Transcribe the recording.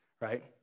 right